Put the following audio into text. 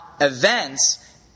events